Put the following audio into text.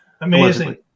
Amazing